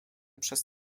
przez